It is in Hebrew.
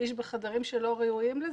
איש בחדרים שלא ראויים לזה.